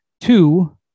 Two